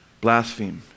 Blaspheme